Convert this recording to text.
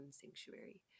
sanctuary